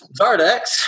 Zardex